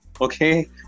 Okay